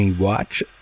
Watch